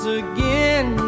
again